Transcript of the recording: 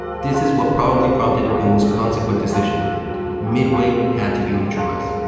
this is what probably prompted nagumo's consequent decision midway had to be neutralized.